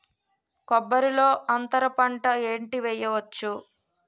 కొబ్బరి లో అంతరపంట ఏంటి వెయ్యొచ్చు?